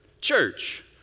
Church